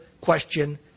question